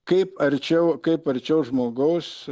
kaip arčiau kaip arčiau žmogaus